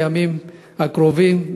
בימים הקרובים,